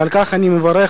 ועל כך אני מברך,